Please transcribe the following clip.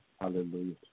Hallelujah